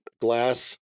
glass